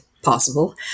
possible